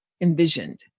envisioned